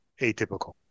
atypical